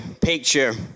picture